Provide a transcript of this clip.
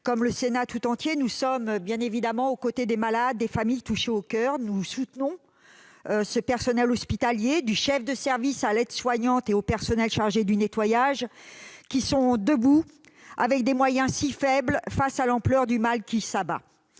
du Sénat tout entier, se tient aux côtés des malades et des familles touchées au coeur. Nous soutenons le personnel hospitalier, du chef de service à l'aide-soignante et au personnel chargé du nettoyage : ils sont debout, avec des moyens si faibles face à l'ampleur du mal qui s'abat.